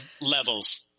levels